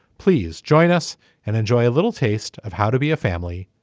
please join us and enjoy a little taste of how to be a family.